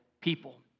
people